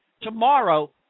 tomorrow